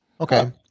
Okay